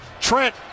trent